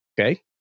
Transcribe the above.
Okay